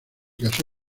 casó